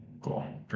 Cool